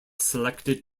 selected